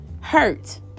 hurt